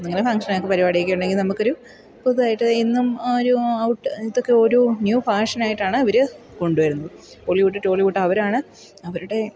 നിങ്ങളെ ഫംഗ്ഷനൊ അങ്ങനത്തെയൊക്കെ പരിപാടിയൊക്കെ ഉണ്ടെങ്കിൽ നമ്മൾക്കൊരു പുതുതായിട്ട് ഇന്നും ഒരു ഔട്ട് ഇതൊക്കെ ഒരു ന്യൂ ഫാഷനായിട്ടാണ് ഇവർ കൊണ്ടുവരുന്നത് ബോളിവുഡ് ടോളിവുഡ് അവരാണ് അവരുടെ